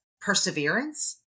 perseverance